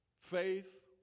Faith